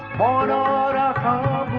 ah da da da